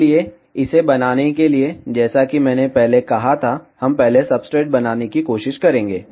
इसलिए इसे बनाने के लिए जैसा कि मैंने पहले कहा था हम पहले सब्सट्रेट बनाने की कोशिश करेंगे